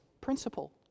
principle